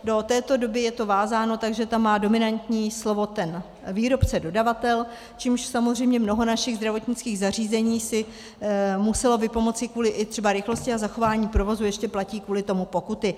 Do této doby je to vázáno tak, že tam má dominantní slovo ten výrobce, dodavatel, čímž samozřejmě mnoho našich zdravotnických zařízení si muselo vypomoci kvůli i třeba rychlosti a zachování provozu, ještě platí kvůli tomu pokuty.